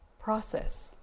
process